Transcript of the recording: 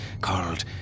called